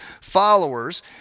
followers